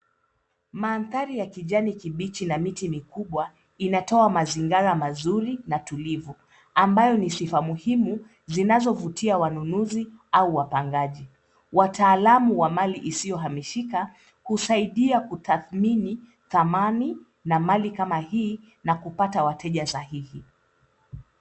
Mandhari ya kijani kibichi na miti mikubwa inatoa mazingira mazuri na tulivu, ambayo ni sifa muhimu zinazovutia wanunuzi au wapangaji. Wataalamu wa mali isiyohamishika husaidia kutathmini thamani na mali kama hii na kupata wateja sahihi.